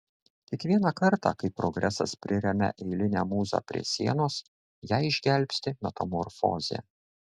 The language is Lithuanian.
kiekvieną kartą kai progresas priremia eilinę mūzą prie sienos ją išgelbsti metamorfozė